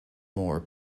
more